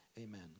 amen